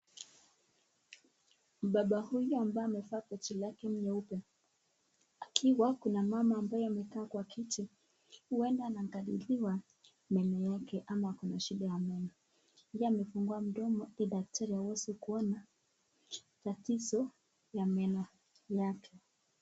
Baba huyu ambaye amevaa koti lake nyeupe. Akiwa kuna mama ambaye amekaa kwa kiti. Huenda anaangaliwa meno yake ama kuna shida ya meno. Yeye amefungua mdomo ili daktari aweze kuona tatizo ya meno yake.